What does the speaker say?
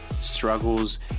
struggles